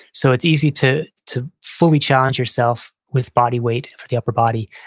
so it's easy to to fully challenge yourself with body weight for the upper body.